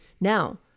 Now